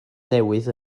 newydd